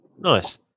nice